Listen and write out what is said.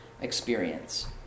experience